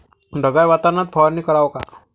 ढगाळ वातावरनात फवारनी कराव का?